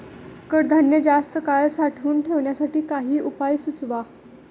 कडधान्य जास्त काळ साठवून ठेवण्यासाठी काही उपाय सुचवा?